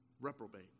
reprobate